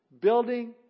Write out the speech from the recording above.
Building